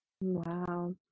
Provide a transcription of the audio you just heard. Wow